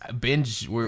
binge